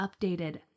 updated